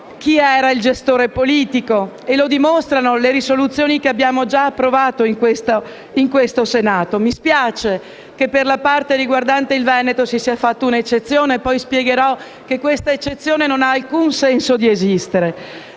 chi era il gestore politico, e lo dimostrano le risoluzioni che abbiamo già approvato in Senato. Mi spiace che per la parte riguardante il Veneto si sia fatta un'eccezione; poi spiegherò che questa eccezione non ha alcun senso di esistere.